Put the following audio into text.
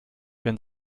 wenn